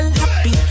happy